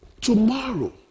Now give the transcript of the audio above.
Tomorrow